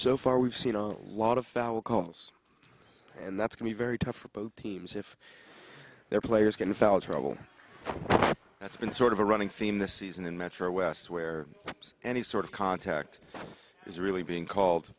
so far we've seen a lot of foul calls and that's can be very tough for both teams if they're players going felt terrible that's been sort of a running theme this season in metro west where any sort of contact is really being called